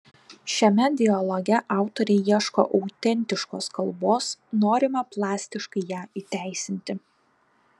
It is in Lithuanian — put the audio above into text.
šiame dialoge autoriai ieško autentiškos kalbos norima plastiškai ją įteisinti